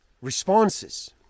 responses